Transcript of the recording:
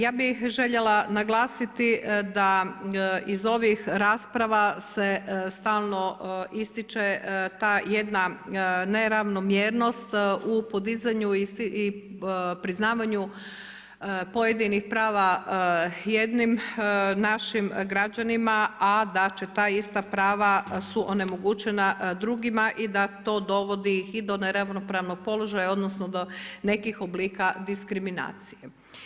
Ja bih željela naglasiti da iz ovih rasprava se stalno ističe ta jedna neravnomjernost u podizanju i priznavanju pojedinih prava jednim našim građanima, a da će ta ista prava su onemogućena drugima i da to dovodi i do neravnopravnog položaja, odnosno do nekih oblika diskriminacije.